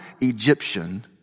Egyptian